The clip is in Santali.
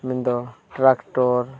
ᱢᱮᱱᱫᱚ ᱴᱨᱟᱠᱴᱚᱨ